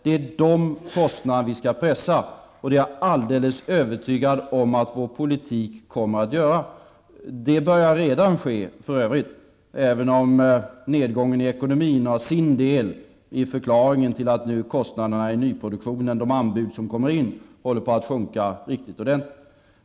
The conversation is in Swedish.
Det är de kostnaderna som vi skall pressa, och det är jag alldeles övertygad om att vår politik kommer att göra. Det börjar för övrigt redan ske, även om nedgången i ekonomin har sin del i förklaringen till att kostnaderna för nyproduktionen nu enligt de anbud som kommer in håller på att sjunka riktigt ordentligt.